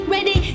Ready